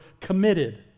committed